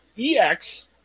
EX